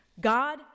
God